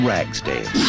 Ragsdale